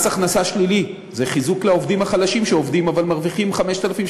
מס הכנסה שלילי הוא חיזוק לעובדים החלשים שעובדים אבל מרוויחים 5,000,